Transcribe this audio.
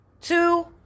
two